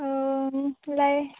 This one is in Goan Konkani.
लाय